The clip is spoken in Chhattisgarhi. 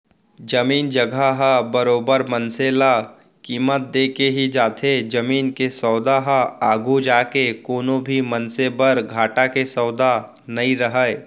जमीन जघा ह बरोबर मनसे ल कीमत देके ही जाथे जमीन के सौदा ह आघू जाके कोनो भी मनसे बर घाटा के सौदा नइ रहय